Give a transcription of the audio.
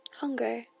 hunger